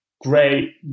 great